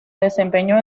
desempeñó